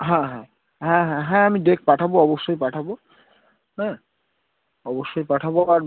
হ্যাঁ হ্যাঁ হ্যাঁ হ্যাঁ হ্যাঁ আমি ডেক পাঠাবো অবশ্যই পাঠাবো হ্যাঁ অবশ্যই পাঠাবো আর